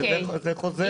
זה חוזר.